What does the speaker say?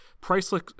priceless